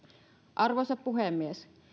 arvoisa puhemies